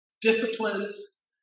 disciplines